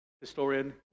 historian